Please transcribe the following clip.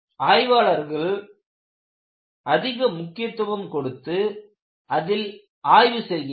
ஆய்வாளர்கள் அதிக முக்கியத்துவம் கொடுத்து இதில் ஆய்வு செய்கின்றனர்